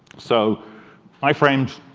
so iframes,